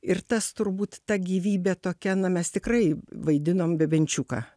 ir tas turbūt ta gyvybė tokia na mes tikrai vaidinom bebenčiuką